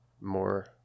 more